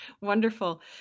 Wonderful